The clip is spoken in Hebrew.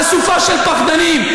אסופה של פחדנים,